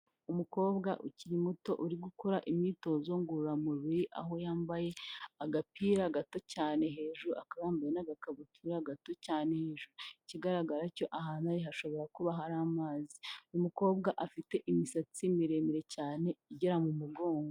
Umukobwa ukiri muto uri gukora imyitozo ngororamubiri aho yambaye agapira gato cyane hejuru akaba yambaye n'agakabutura gato cyane hejuru ikigaragara cyo ahantu ari hashobora kuba hari amazi. Uyu mukobwa afite imisatsi miremire cyane igera mu mugongo.